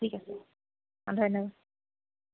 ঠিক আছে ধন্যবাদ